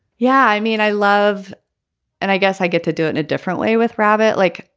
yeah i mean i love and i guess i get to do it in a different way with rabbit. like,